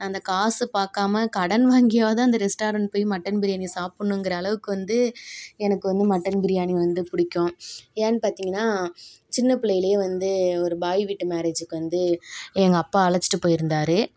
அந்தக் காசை பார்க்காம கடன் வாங்கியாவது அந்த ரெஸ்ட்டாரெண்ட் போய் மட்டன் பிரியாணியை சாப்பிட்ணுங்கிற அளவுக்கு வந்து எனக்கே வந்து மட்டன் பிரியாணி வந்து பிடிக்கும் ஏன்னெனு பார்த்திங்ன்னா சின்ன பிள்ளையிலே வந்து ஒரு பாய் வீட்டு மேரேஜ்க்கு வந்து எங்கப்பா அழைச்சிட்டுப் போயிருந்தார்